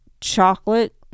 chocolate